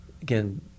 Again